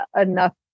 enough